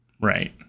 right